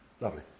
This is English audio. Lovely